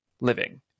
living